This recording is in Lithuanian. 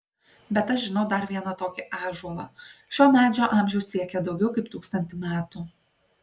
bet aš žinau dar vieną tokį ąžuolą šio medžio amžius siekia daugiau kaip tūkstantį metų